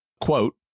Quote